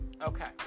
Okay